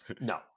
No